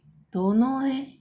don't know leh